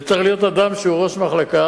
זה צריך להיות אדם שהוא ראש מחלקה,